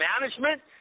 management